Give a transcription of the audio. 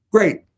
Great